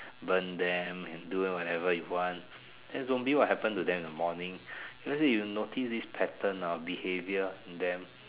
burn them and doing whatever you want then zombie what happened to them in the morning let's say you notice this pattern ah behaviour in them